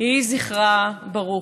יהי זכרה ברוך.